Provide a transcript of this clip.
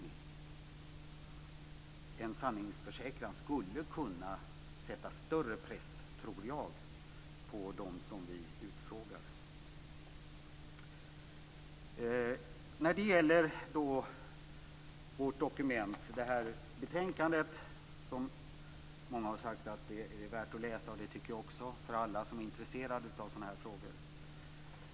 Jag tror att en sanningsförsäkran skulle kunna sätta större press på dem som vi utfrågar. Många har sagt att det här betänkandet är värt att läsa för alla som är intresserade av sådana här frågor, och det tycker jag också.